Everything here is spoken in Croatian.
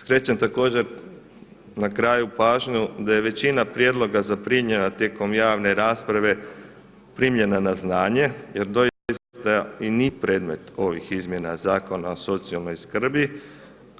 Skrećem također na kraju pažnju da je većina prijedloga zaprimljena tijekom javne rasprave primljena na znanje, jer doista i nisu predmet ovih izmjena Zakona o socijalnoj skrbi,